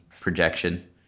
projection